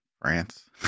France